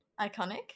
Iconic